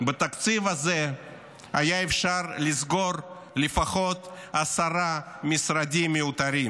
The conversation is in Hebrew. בתקציב הזה אפשר היה לסגור לפחות עשרה משרדים מיותרים,